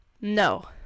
no